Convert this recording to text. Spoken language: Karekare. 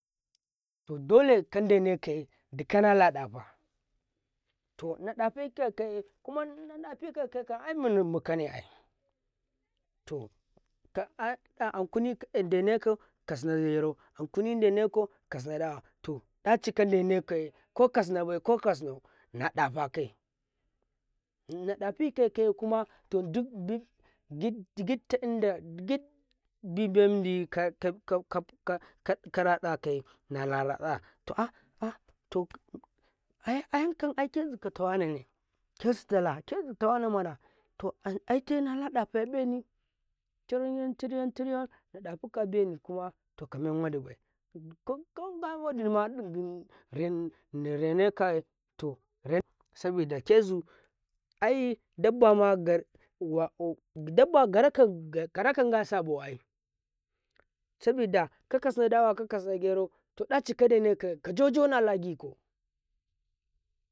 ﻿to dole kandene kaye dika nalaɗa fa to naɗa kekakaye kuma nafikaka muna mukane ai to aa ankuni ankuni denekau kasna gero ankuni denekau kasna dawa to ɗaci kade nekaye kokas nabai ko kasnau nadafake na dafikage kuma to bi gid ta inda gita inda karatsan kaye nara to ah ah to ayankan ai ai ayan kan aikezitawa nana kazi tala kizi tawana mana to aine nala ɗafa baini tiriyan tiriyan naɗafuko beni kuma to ka men waɗi bai to gawa dima narene kaye to sabida kezu ai dabbama gara kanga sabo ai sabida kakasna dawa ka ka kakasna gero to ɗaci kadene kayeka JoJo nala gikau.